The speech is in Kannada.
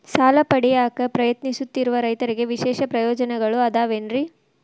ಸಾಲ ಪಡೆಯಾಕ್ ಪ್ರಯತ್ನಿಸುತ್ತಿರುವ ರೈತರಿಗೆ ವಿಶೇಷ ಪ್ರಯೋಜನಗಳು ಅದಾವೇನ್ರಿ?